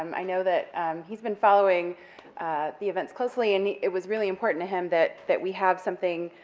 um i know that he's been following the events closely, and it was really important to him that that we have something,